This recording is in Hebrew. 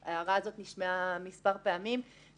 בוועדה ההערה הזאת נשמעה מספר פעמים והוועדה